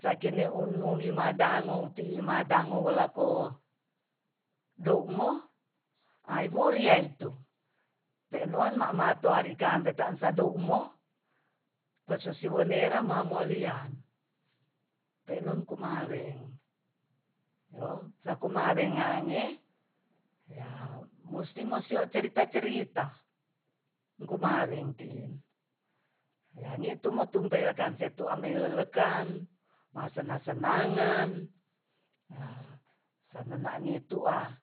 Sakineunu wimadango ti'i madango welako dou'mo aywiri yaitu pe non mamato ari kampe tansa dou'mo pesusiwonera mamolian pe'non kumaweng yo sakumaweng ngange ya musti mosio cerita-cerita kumaweng ti'in yanitu motumpelekang setu'a meilelekan masena-senangan sanana ni'tua